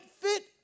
fit